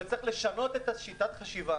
שצריך לשנות את שיטת החשיבה.